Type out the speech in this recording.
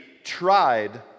tried